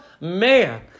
Man